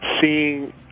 seeing